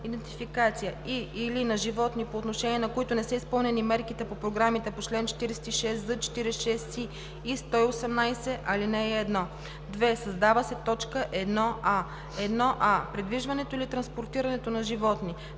идентификация, и/или на животни, по отношение на които не са изпълнени мерките по програмите по чл. 46з, 46и и 118, ал. 1;“. 2. Създава се т. 1а: „1а. придвижването или транспортирането на животни,